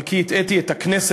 על כי הטעיתי את הכנסת,